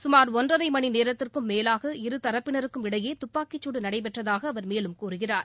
சுமார் ஒன்றை மணி நேரத்திற்கும் மேலாக இரு தரப்பினருக்கும் இடையே துப்பாக்கிச் சூடு நடைபெற்றதாக அவர் மேலும் கூறுகிறார்